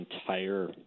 entire